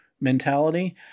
mentality